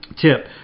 Tip